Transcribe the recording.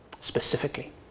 specifically